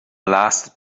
lasted